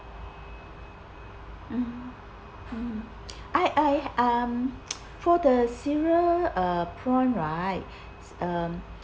mm I I um for the cereal uh prawn right um